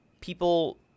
people